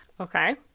Okay